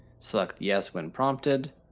select yes when prompted.